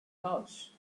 house